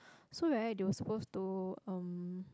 so right they were supposed to um